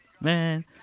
man